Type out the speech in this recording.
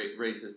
racist